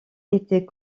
était